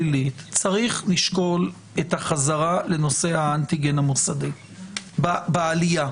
צריך לשקול את החזרה לאנטיגן המוסדי בעלייה.